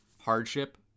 hardship